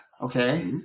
Okay